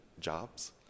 jobs